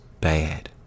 bad